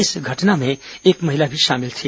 इस घटना में एक महिला भी शामिल थी